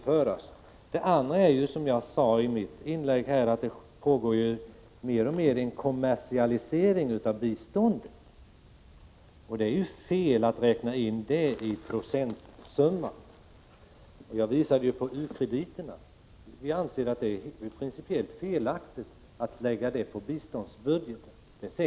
För det andra pågår det, som jag sade i mitt huvudinlägg, en kommersialisering av biståndet, och det är fel att räkna in den kommersiella delen i procentmålet. Jag pekade på u-krediterna, som uppgår till 650 miljoner. Vi anser att det är principiellt felaktigt att lägga in dem i biståndsbudgeten.